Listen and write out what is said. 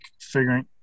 figuring